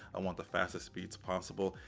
i want the fastest speeds possible.